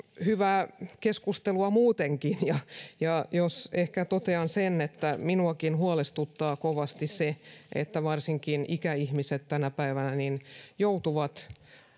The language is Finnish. hyvää keskustelua muutenkin ja ja ehkä totean sen että minuakin huolestuttaa kovasti se että varsinkin ikäihmiset tänä päivänä joutuvat